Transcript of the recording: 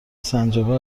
سنجابه